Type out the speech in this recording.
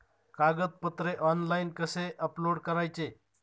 कागदपत्रे ऑनलाइन कसे अपलोड करायचे?